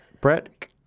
Brett